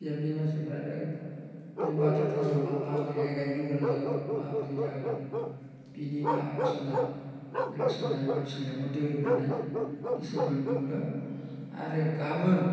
बियाबनि मानसिफोरानो बे बाथौ धोरोमा माबोरैहाय गायनो गोरों जाखो माब्रैहाय जागोन बिनिनो आल'स'नानि मानसि लिंहरदों होननानै खिसुमान बुंदों आरो गाबोन